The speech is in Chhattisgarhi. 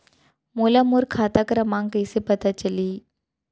मोला मोर खाता क्रमाँक कइसे पता चलही?